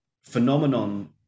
phenomenon